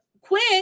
quick